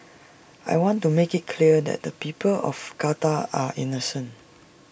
I want to make clear that the people of Qatar are innocent